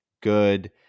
good